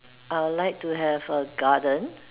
I will like to have a garden